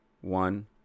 one